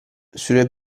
sulle